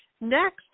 Next